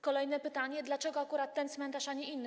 Kolejne pytanie: Dlaczego akurat ten cmentarz, a nie inny?